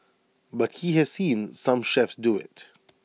but he has seen some chefs do IT